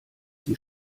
sie